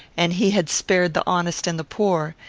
and he had spared the honest and the poor.